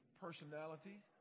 personality